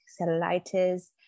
cellulitis